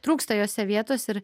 trūksta juose vietos ir